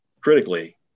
critically